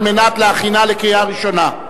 על מנת להכינה לקריאה ראשונה.